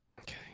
Okay